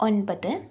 ഒൻപത്